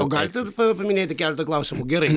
o galite pa paminėti keletą klausimų gerai